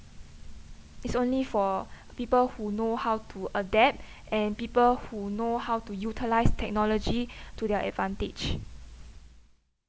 it's only for people who know how to adapt and people who know how to utilise technology to their advantage